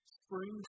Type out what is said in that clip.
spring